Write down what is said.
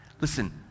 Listen